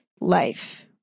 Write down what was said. life